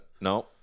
No